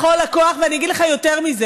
זו הייתה הפגנה בכל הכוח, ואני אגיד לך יותר מזה.